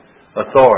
authority